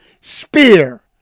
spear